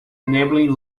enabling